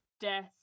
death